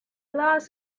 last